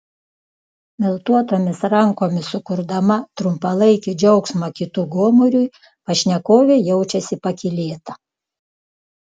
miltuotomis rankomis sukurdama trumpalaikį džiaugsmą kitų gomuriui pašnekovė jaučiasi pakylėta